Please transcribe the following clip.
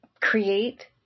create